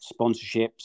sponsorships